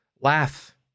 laugh